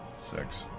six,